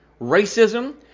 Racism